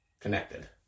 connected